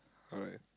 alright